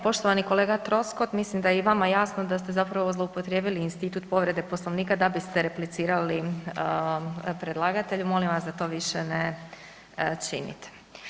Poštovani kolega Troskot mislim da je i vama jasno da ste zapravo zloupotrijebili institut povrede Poslovnika da biste replicirali predlagatelju, molim vas da to više ne činite.